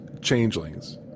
changelings